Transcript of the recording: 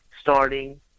starting